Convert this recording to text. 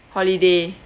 holiday